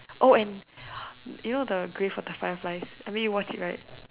oh and you know the Grave of the Fireflies I mean you watch it right